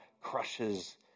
crushes